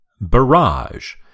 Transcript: Barrage